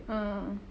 ah